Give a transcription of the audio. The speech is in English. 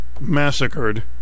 massacred